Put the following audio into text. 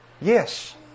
Yes